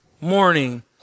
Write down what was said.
morning